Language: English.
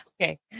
Okay